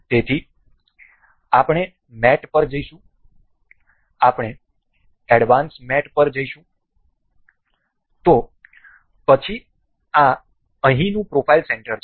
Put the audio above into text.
તેથી આપણે મેટ પર જઈશું આપણે એડવાન્સ મેટ પર જઈશું તો પછી આ અહીંનું પ્રોફાઇલ સેન્ટર છે